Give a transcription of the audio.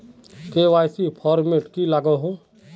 KYC format की लागोहो?